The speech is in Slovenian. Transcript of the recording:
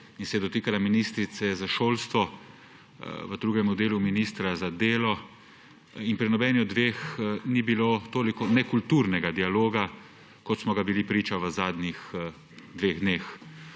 in se je dotikala ministrice za šolstvo, v drugemu delu ministra za delo, in pri nobenih od dveh ni bilo toliko nekulturnega dialoga, kot smo ga bili priča v zadnjih dveh dneh.